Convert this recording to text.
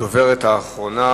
הדוברת האחרונה,